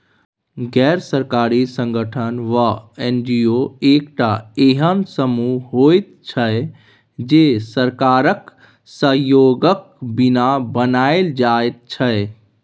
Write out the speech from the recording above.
गैर सरकारी संगठन वा एन.जी.ओ एकटा एहेन समूह होइत छै जे सरकारक सहयोगक बिना बनायल जाइत छै